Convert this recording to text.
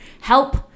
help